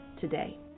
today